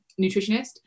nutritionist